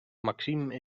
maxime